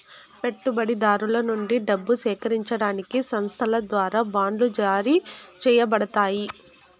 పెట్టుబడిదారుల నుండి డబ్బు సేకరించడానికి సంస్థల ద్వారా బాండ్లు జారీ చేయబడతాయి